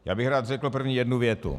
Já bych rád řekl prvně jednu větu.